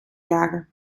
jagen